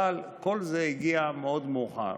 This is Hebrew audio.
אבל כל זה הגיע מאוד מאוחר.